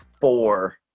four